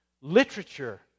literature